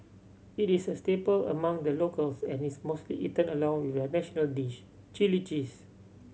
it is a staple among the locals and is mostly eaten along with their national dish chilli cheese